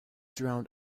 drowned